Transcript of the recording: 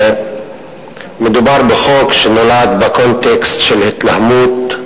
מדובר בחוק שנולד בקונטקסט של התלהמות,